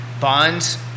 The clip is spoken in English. bonds